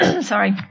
Sorry